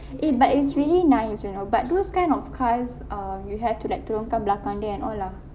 eh but it's really nice you know but those kind of cars um you have to like turunkan belakang dia and all lah